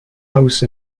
house